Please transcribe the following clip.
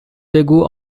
بگو